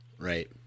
Right